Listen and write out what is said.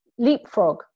leapfrog